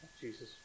Jesus